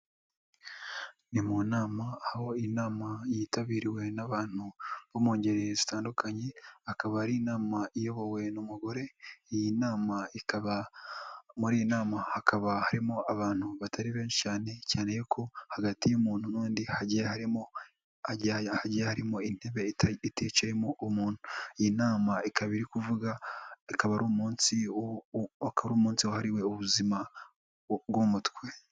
Ni mu nama aho iyi nama yitabiriwe n'abantu bo mu ngeri zitandukanye akaba ari na iyobowe n'umugore, iyi nama ikaba muri iyi nama hakaba harimo abantu batari benshi cyane, cyane ko hagati y'umuntu n'undi hagiye harimo, hagiye harimo intebe itecamo umuntu, iyi nama ikaba iri kuvuga, ikaba ari umunsi wahariwe ubuzima bwo mu umutwe.